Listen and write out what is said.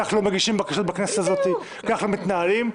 כך לא מגישים בקשות בכנסת הזאת, ככה מתנערים.